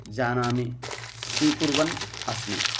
जानामि स्वीकुर्वन् अस्मि